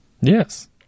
Yes